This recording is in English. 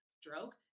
stroke